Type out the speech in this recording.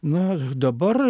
na dabar